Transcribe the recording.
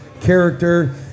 Character